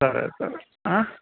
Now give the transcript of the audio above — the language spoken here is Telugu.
సరే సరే